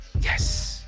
Yes